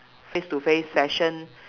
face to face session